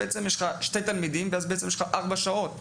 בו יש לך שני תלמידים ורק ארבע שעות.